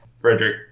Frederick